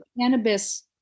cannabis